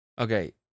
Okay